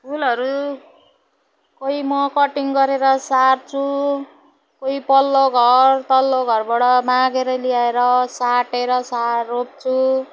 फुलहरू कोही म कटिङ गरेर सार्छु कोही पल्लो घर तल्लो घरबाट मागेर ल्याएर साटेर सा रोप्छु